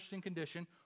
condition